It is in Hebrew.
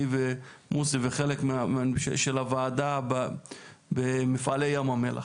אני ומוסי והחלק של הוועדה במפעלי ים המלח,